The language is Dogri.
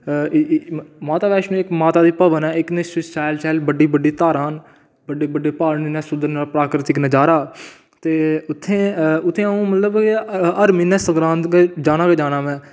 माता बैश्णो इकमाता दी भवन ऐ शैल शैल बड़ी बड़ी धारां न बड़े बड़े प्हाड़ न इन्ना सुंदर प्राकृतिक नजारा ते उत्थैं उत्थैं अ'ऊं मतलब कि हर म्हीने संगरांद गी जाना गै जाना में